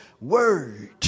word